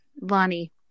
Lonnie